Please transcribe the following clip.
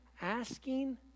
asking